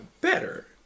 better